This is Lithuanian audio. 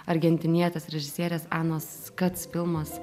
argentinietės režisierės anos kac filmas